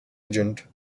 agent